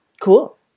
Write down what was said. Cool